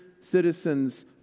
citizens